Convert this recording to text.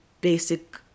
basic